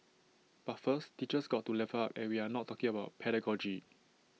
but first teachers got to level up and we are not talking about pedagogy